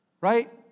Right